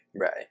Right